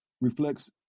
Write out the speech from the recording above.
reflects